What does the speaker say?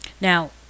now